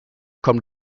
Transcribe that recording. kommt